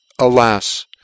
ALAS